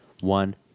one